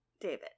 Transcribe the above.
David